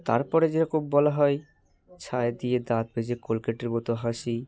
তার পরে যেরকম বলা হয় ছাই দিয়ে দাঁত মেজে কোলগেটের মতো হাসি